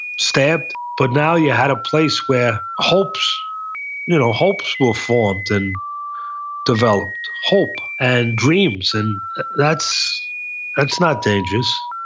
stabbed? but now you had a place where hopes you know hopes were formed and developed. hope and dreams, and that's that's not dangerous.